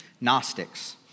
Gnostics